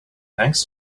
thanks